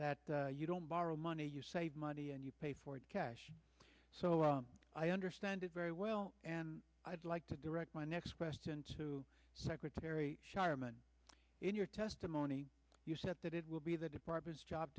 that you don't borrow money you save money and you pay for cash so i understand it very well and i'd like to direct my next question to secretary sharman in your testimony you said that it will be the department's job